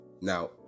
Now